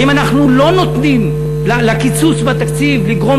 האם אנחנו לא נותנים לקיצוץ בתקציב לגרום